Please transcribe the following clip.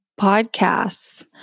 podcasts